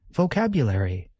vocabulary